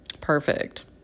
Perfect